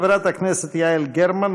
חברת הכנסת יעל גרמן.